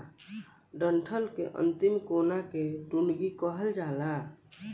डंठल के अंतिम कोना के टुनगी कहल जाला